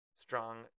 strong